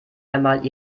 einmal